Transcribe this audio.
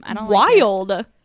wild